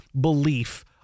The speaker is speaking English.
belief